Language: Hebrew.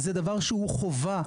זה דבר שהוא חובה,